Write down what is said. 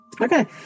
Okay